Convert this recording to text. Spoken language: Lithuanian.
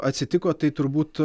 atsitiko tai turbūt